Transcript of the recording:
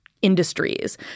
industries